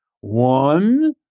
One